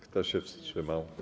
Kto się wstrzymał?